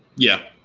yeah.